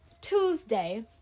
Tuesday